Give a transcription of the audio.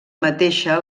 mateixa